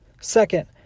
Second